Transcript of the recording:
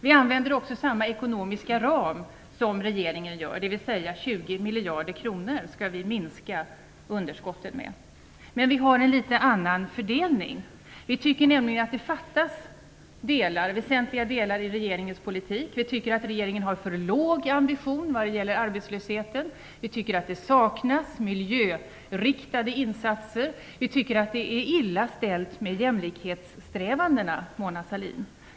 Vi använder också samma ekonomiska ram som regeringen gör, dvs. vi skall minska underskottet med 20 miljarder kronor. Men vi har en litet annan fördelning. Vi tycker nämligen att det fattas väsentliga delar i regeringens politik. Vi tycker att regeringen har för låg ambition när det gäller arbetslösheten. Vi tycker att det saknas miljöinriktade insatser. Vi tycker att det är illa ställt med jämlikhetssträvandena, Mona Sahlin.